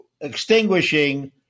extinguishing